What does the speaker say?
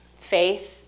faith